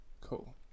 Cool